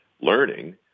learning